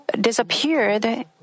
disappeared